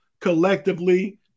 collectively